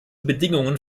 bedingungen